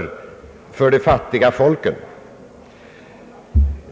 invånare för de fattiga folken.